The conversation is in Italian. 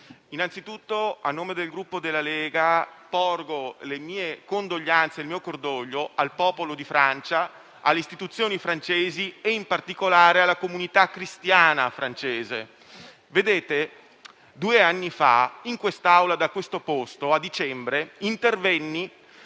innanzitutto, a nome del Gruppo Lega, porgo le mie condoglianze e il mio cordoglio al popolo di Francia, alle istituzioni francesi e, in particolare, alla comunità cristiana francese. Nel dicembre di due anni fa, in quest'Aula, da questo posto, intervenni